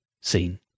seen